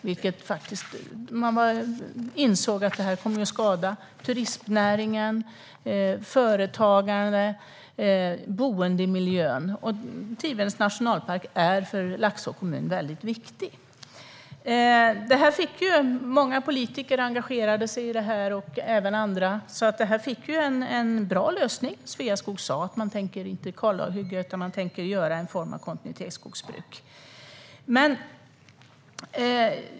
Man insåg att detta skulle skada turistnäringen, företagande och boendemiljön. Tivedens nationalpark är väldigt viktig för Laxå kommun. Många politiker och andra engagerade sig i detta, och det fick en bra lösning. Sveaskog meddelade att man inte tänkte kalavverka utan i stället göra en form av kontinuitetsskogsbruk.